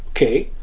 okay?